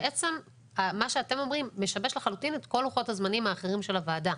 בעצם מה שאתם אומרים משבש לחלוטין את כל לוחות הזמנים האחרים של הוועדה.